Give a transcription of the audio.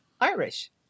irish